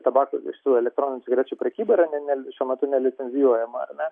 tabako šitų elektroninių dviračių prekyba yra ne ne šiuo metu nelicencijuojama ar ne